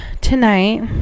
tonight